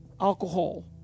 alcohol